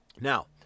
Now